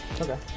Okay